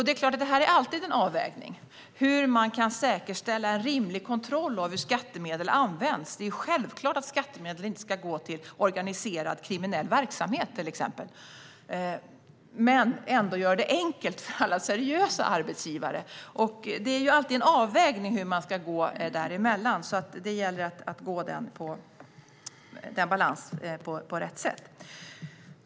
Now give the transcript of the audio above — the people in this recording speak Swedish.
Det är såklart alltid en avvägning hur man ska säkerställa en rimlig kontroll av hur skattemedel används - det är till exempel självklart att skattemedel inte ska gå till organiserad kriminell verksamhet - men ändå göra det enkelt för alla seriösa arbetsgivare. Det är alltid en balansgång däremellan, och det gäller att gå den på rätt sätt.